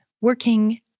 working